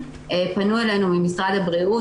פנו אלינו ממשרד הבריאות,